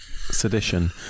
Sedition